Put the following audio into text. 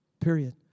Period